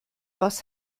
was